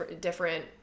different